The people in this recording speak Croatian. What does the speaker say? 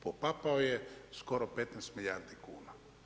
Popapao je skoro 15 milijardi kuna.